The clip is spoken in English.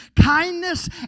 kindness